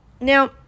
Now